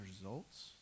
results